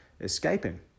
escaping